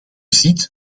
ziet